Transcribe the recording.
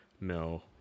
No